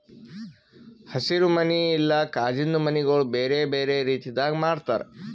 ಹಸಿರು ಮನಿ ಇಲ್ಲಾ ಕಾಜಿಂದು ಮನಿಗೊಳ್ ಬೇರೆ ಬೇರೆ ರೀತಿದಾಗ್ ಮಾಡ್ತಾರ